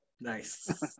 Nice